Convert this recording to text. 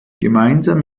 gemeinsam